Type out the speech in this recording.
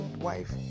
wife